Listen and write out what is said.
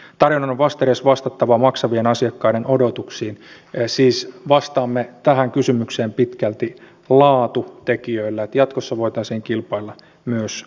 tarjonnan on vastedes vastattava maksavien asiakkaiden odotuksiin siis vastaamme tähän kysymykseen pitkälti laatutekijöillä että jatkossa voitaisiin kilpailla myös laadulla